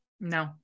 No